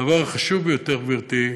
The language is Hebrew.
הדבר החשוב ביותר, גברתי,